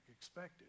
expected